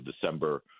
December